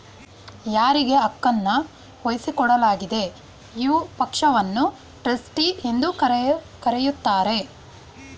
ಯಾರಿಗೆ ಹಕ್ಕುನ್ನ ವಹಿಸಿಕೊಡಲಾಗಿದೆಯೋ ಪಕ್ಷವನ್ನ ಟ್ರಸ್ಟಿ ಎಂದು ಕರೆಯುತ್ತಾರೆ